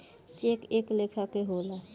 check कए लेखा के होला